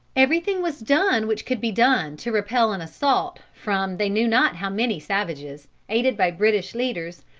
everything was done which could be done to repel an assault from they knew not how many savages, aided by british leaders,